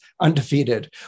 undefeated